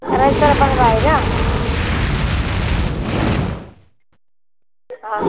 करैल की तरह बढ़ रहा है न हाँ